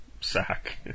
sack